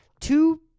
two